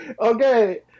okay